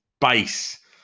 base